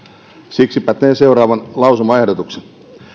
siksipä teen seuraavan lausumaehdotuksen